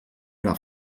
era